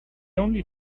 only